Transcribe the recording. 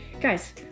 guys